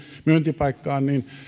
myyntipaikkaan